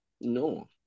no